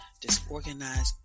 disorganized